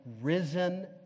risen